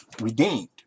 redeemed